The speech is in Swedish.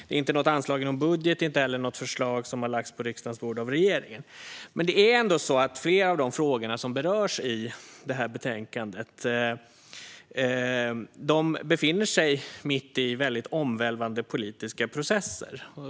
Det är inte något anslag i någon budget, inte heller något förslag som har lagts på riksdagens bord av regeringen. Men det är ändå så att flera av de frågor som berörs i betänkandet befinner sig mitt i omvälvande politiska processer.